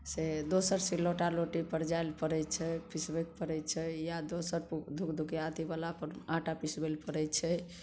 से दोसर सिलौठ आर लोढ़ीपर जाइले पड़ै छै पिसबैके पड़ै छै या दोसर कोइ धुकधुकिआ अथीवलापर आँटा पिसबैले पड़ै छै